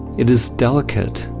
it is delicate,